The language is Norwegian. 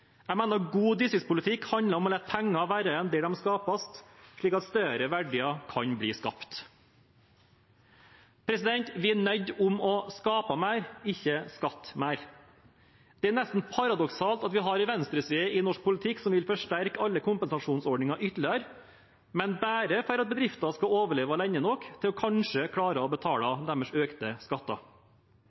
Jeg mener god distriktspolitikk handler om å la penger være igjen der de tjenes, slik at større verdier kan bli skapt. Vi er nødt til å skape mer, ikke skatte mer. Det er nesten paradoksalt at vi har en venstreside i norsk politikk som vil forsterke alle kompensasjonsordninger ytterligere, men bare for at bedriften skal overleve lenge nok til kanskje å klare å betale deres økte skatter.